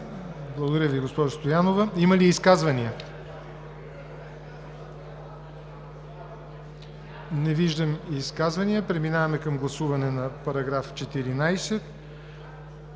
Благодаря Ви, госпожо Стоянова. Има ли изказвания? Не виждам изказвания. Преминаваме към гласуване на § 14